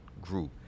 group